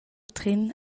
trin